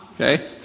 Okay